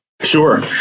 Sure